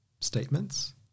statements